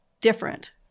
different